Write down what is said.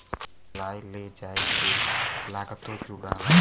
लाए ले जाए के लागतो जुड़ाला